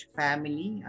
family